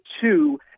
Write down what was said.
two